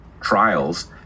trials